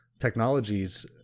technologies